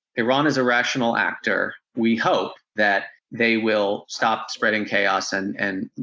iran is a rational actor, we hope that they will stop spreading chaos and and